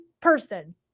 person